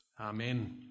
Amen